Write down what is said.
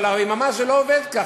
זה לא עובד כך,